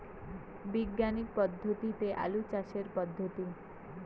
বিজ্ঞানিক পদ্ধতিতে আলু চাষের পদ্ধতি?